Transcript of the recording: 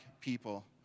people